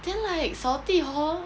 then like 扫地 hor